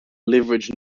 leverage